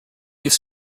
used